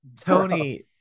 Tony